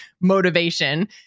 motivation